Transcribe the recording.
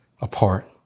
apart